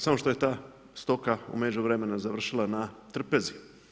Samo što je ta stoka u međuvremenu završila na trpezi.